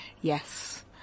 Yes